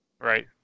Right